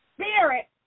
spirit